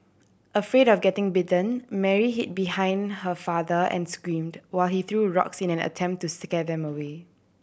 afraid of getting bitten Mary hid behind her father and screamed while he threw rocks in an attempt to scare them away